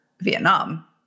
Vietnam